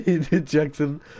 Jackson